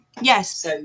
Yes